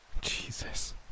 Jesus